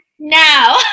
Now